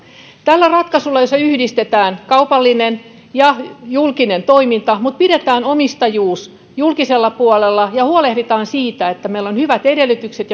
tällä ratkaisulla jossa yhdistetään kaupallinen ja julkinen toiminta mutta pidetään omistajuus julkisella puolella ja huolehditaan siitä että meillä on hyvät edellytykset